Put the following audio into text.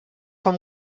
vom